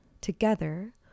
Together